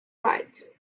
right